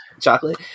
chocolate